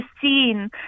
seen